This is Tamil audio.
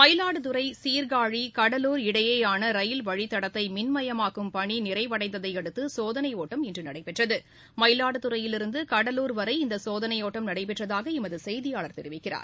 மயிலாடுதுறை சீர்காழி கடலூர் இடையேயான ரயில்வழித்தடத்தை மின்மயமாக்கும் பணி நிறைவடைந்ததையடுத்து சோதனை ஓட்டம் இன்று நடைபெற்றது மயிலாடுதுறையிலிருந்து கடலூர் வரை இந்த சோதனை ஒட்டம் நடைபெற்றதாக எமது செய்தியாளர் தெரிவிக்கிறார்